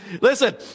listen